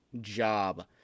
job